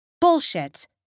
Bullshit